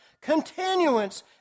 Continuance